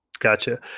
Gotcha